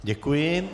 Děkuji.